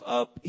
up